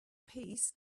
piece